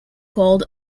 called